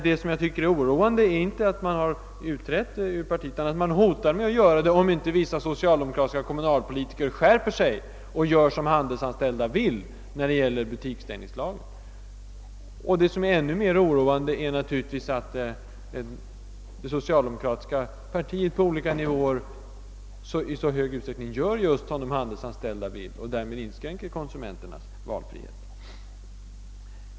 Det som jag tycker är oroande är att man hotar med att utträda ur partiet, om inte socialdemokratiska politiker skärper sig och gör som de handelsanställda vill i fråga om butiksstängnings lagen. Ännu mera oroande är naturligtvis att det socialdemokratiska partiet på olika nivåer i så hög grad gör just vad de handelsanställda vill, nämligen inskränker konsumenternas valfrihet.